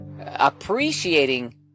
appreciating